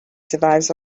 survives